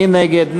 מי נגד?